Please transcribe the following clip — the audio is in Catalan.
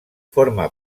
forma